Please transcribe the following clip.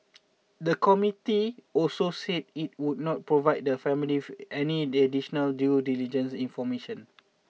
the committee also said it would not provide the family any additional due diligence information